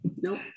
Nope